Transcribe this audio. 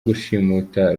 gushimuta